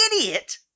idiot